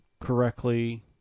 correctly